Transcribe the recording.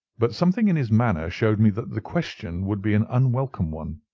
but something in his manner showed me that the question would be an unwelcome one.